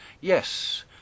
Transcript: Yes